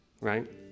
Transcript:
right